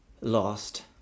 lost